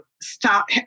stop